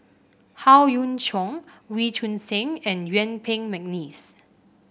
Howe Yoon Chong Wee Choon Seng and Yuen Peng McNeice